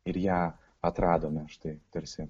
ir ją atradome štai tarsi